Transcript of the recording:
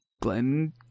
Glenn